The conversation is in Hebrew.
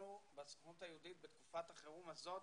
אנחנו בסוכנות היהודית בתקופת החירום הזאת